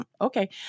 okay